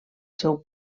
seu